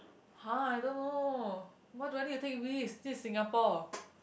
!huh! I don't know why do I need to take risk this is Singapore